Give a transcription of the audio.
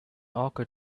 occur